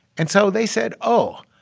and so they said, oh,